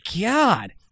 God